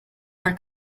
are